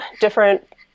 different